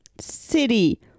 city